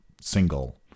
single